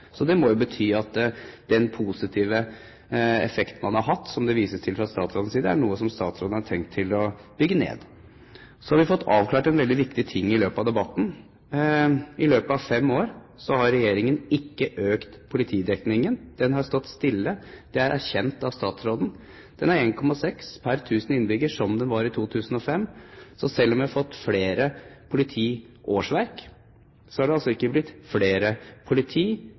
Det må bety at den positive effekt man har hatt, som statsråden viser til, er noe statsråden har tenkt å bygge ned. Så har vi fått avklart en veldig viktig ting i løpet av debatten. I løpet av fem år har regjeringen ikke økt politidekningen. Den har stått stille. Det er erkjent av statsråden. Den er på 1,6 per 1000 innbyggere, slik det var i 2005. Selv om vi har fått flere politiårsverk, er det altså ikke blitt mer politi